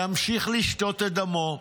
ימשיך לשתות את דמו,